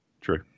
True